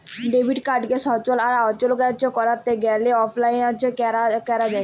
debit কাড়কে সচল আর অচল ক্যরতে গ্যালে অললাইল ক্যরা যায়